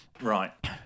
Right